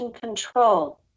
Control